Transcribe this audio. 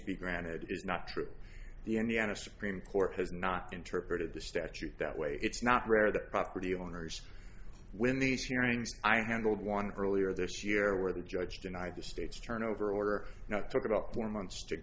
be granted is not true the indiana supreme court has not interpreted the statute that way it's not rare the property owners when these hearings i handled one earlier this year where the judge denied the state's turnover order not talk about four months to